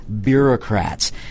bureaucrats